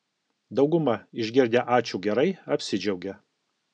dauguma išgirdę ačiū gerai apsidžiaugia